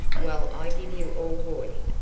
well, i give you all warning.